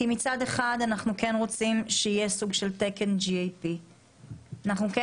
כי מצד אחד אנחנו כן רוצים שיהיה תקן GAP. אנחנו כן